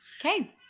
Okay